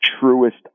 truest